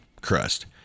Crust